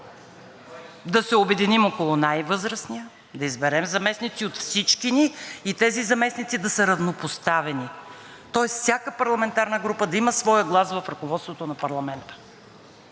да се обединим около най-възрастния, да изберем заместници от всички ни и тези заместници да са равнопоставени. Тоест всяка парламентарна група да има своя глас в ръководството на парламента.